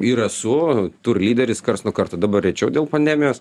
ir esu tur lyderis karts nuo karto dabar rečiau dėl pandemijos